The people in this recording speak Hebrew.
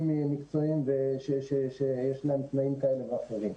מקצועיים שיש להם תנאים כאלה ואחרים.